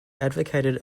advocated